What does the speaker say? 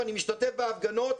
ואני משתתף בהפגנות.